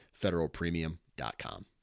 federalpremium.com